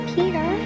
Peter